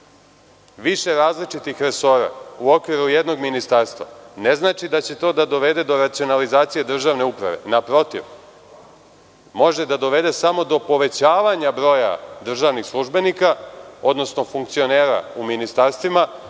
više različitih resora u okviru jednog ministarstva ne znači da će to dovesti do racionalizacije državne uprave. Naprotiv, može samo da dovede do povećanja broja državnih službenika, odnosno funkcionera u ministarstvima